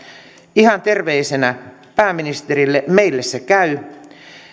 ihan terveisenä pääministerille meille se käy